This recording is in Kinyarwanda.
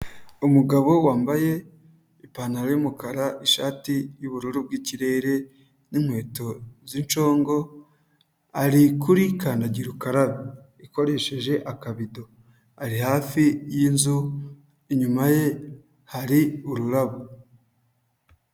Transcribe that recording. Umugabo wambaye ipantaro y'umukara, ishati y'ubururu bw'ikirere n'inkweto z'incongo, ari kuri kandagira ukarabe ikoresheje akabido. Ari hafi y'inzu, inyuma ye, hari ururabo.